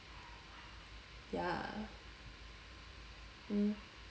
ya mm